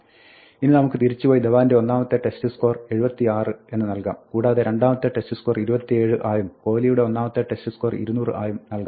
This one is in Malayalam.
ഇനി നമുക്ക് തിരിച്ച് പോയി ധവാന്റെ ഒന്നാമത്തെ ടെസ്റ്റ് സ്കോർ 76 എന്ന് നൽകാം കൂടാതെ രണ്ടാമത്തെ ടെസ്റ്റ് സ്കോർ 27 ആയും കോഹ്ലിയുടെ ഒന്നാമത്തെ ടെസ്റ്റ് സ്കോർ 200 ആയും നൽകാം